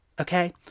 Okay